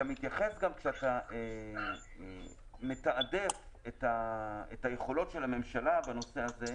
כשאתה מתעדף את היכולות של הממשלה בנושא הזה,